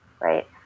right